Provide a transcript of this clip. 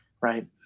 Right